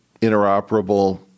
interoperable